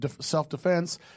self-defense